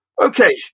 Okay